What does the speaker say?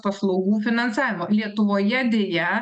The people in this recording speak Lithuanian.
paslaugų finansavimo lietuvoje deja